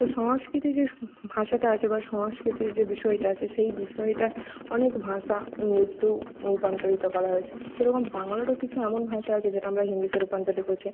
তো সংস্কৃতি যে ভাষাটা আছে বা সংস্কৃতি যে বিষয়টা আছে সেই বিষয়টা অনেক ভাষা ইংরেজিতেও রূপান্তরিত করা হয়েছে সে রকম বাংলারও কিছু এমন ভাষা আছে যেটা আমরা হিন্দিতে রূপান্তরিত করেছি